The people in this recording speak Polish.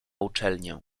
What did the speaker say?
uczelnię